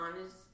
honest